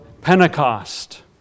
Pentecost